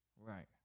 Right